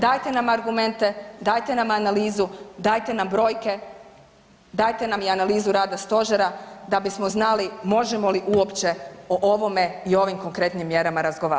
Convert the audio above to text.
Dajte nam argumente, dajte nam analizu, dajte nam brojke, dajte nam i analizu rada stožera da bismo znali možemo li uopće o ovome i o ovim konkretnim mjerama razgovarati.